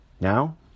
Now